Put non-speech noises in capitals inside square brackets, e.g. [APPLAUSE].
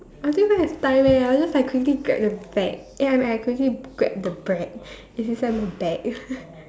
I don't even have time eh I'll just like quickly grab the bag eh I mean I quickly grab the bread it's inside my bag [LAUGHS]